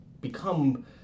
become